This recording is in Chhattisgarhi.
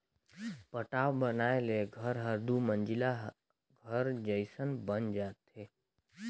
पटाव बनाए ले घर हर दुमंजिला घर जयसन बन जाथे